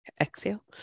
Exhale